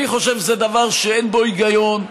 אני חושב שזה דבר שאין בו היגיון,